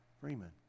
Freeman